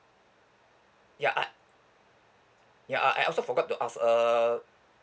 ya I ya I I also forgot to ask uh